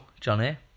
Johnny